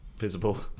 Visible